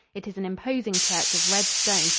it is an imposing church of red stone,